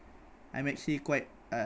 I'm actually quite uh